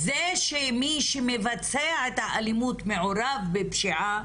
זה שמי שמבצע את האלימות מעורב בפשיעה,